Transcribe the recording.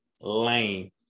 lame